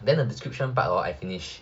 then the description part hor I finished